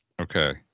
Okay